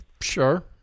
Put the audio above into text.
Sure